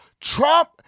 Trump